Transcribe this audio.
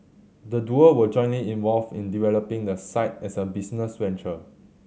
the duo were jointly involved in developing the site as a business venture